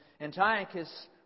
Antiochus